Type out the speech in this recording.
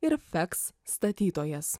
ir feks statytojas